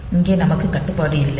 இங்கே நமக்கு கட்டுப்பாடு இல்லை